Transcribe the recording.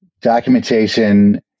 Documentation